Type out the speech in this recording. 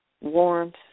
warmth